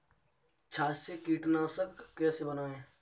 छाछ से कीटनाशक कैसे बनाएँ?